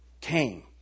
came